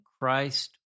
Christ